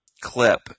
clip